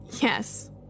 Yes